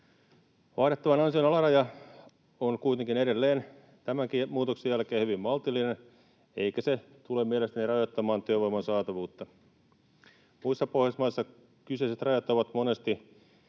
Vaadittavan ansion alaraja on kuitenkin edelleen tämänkin muutoksen jälkeen hyvin maltillinen, eikä se tule mielestäni rajoittamaan työvoiman saatavuutta. Muissa Pohjoismaissa kyseiset rajat ovat monesti